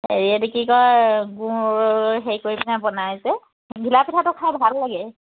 হেৰি এইটো কি কয় গুৰ হেৰি কৰি পিনাই বনাইছে ঘিলা পিঠাটো খাই ভাল লাগে